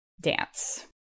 Dance